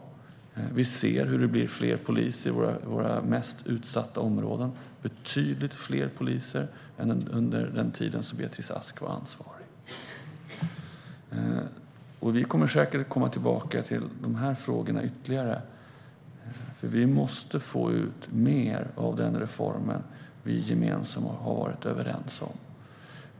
Vi ser hur det blir fler poliser i våra mest utsatta områden - betydligt fler än under den tid då Beatrice Ask var ansvarig. Vi kommer säkert att komma tillbaka till dessa frågor igen, för vi måste få ut mer av den reform vi har varit överens om.